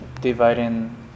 dividing